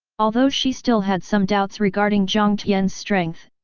although she still had some doubts regarding jiang tian's strength,